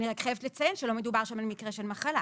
אני רק חייבת לציין שלא מדובר שם על מקרה של מחלה.